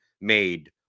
made